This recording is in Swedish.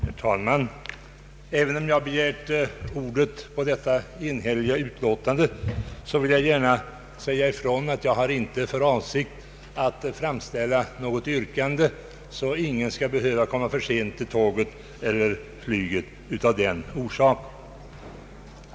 Herr talman! även om jag har begärt ordet vid behandlingen av detta enhälliga utlåtande vill jag säga ifrån att jag inte har för avsikt att framställa något yrkande. Ingen skall därför behöva komma för sent till tåget eller flyget för den sakens skull.